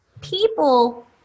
People